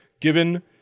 given